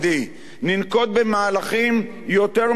ננקוט מהלכים יותר מדודים,